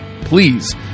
Please